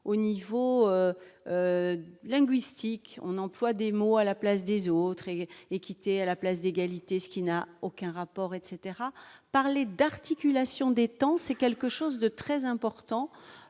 au niveau linguistique, on emploie des mots à la place des autres et équité à la place d'égalité, ce qui n'a aucun rapport etc, parler d'articulation des temps, c'est quelque chose de très important